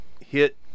hit